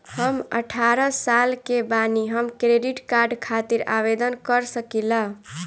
हम अठारह साल के बानी हम क्रेडिट कार्ड खातिर आवेदन कर सकीला?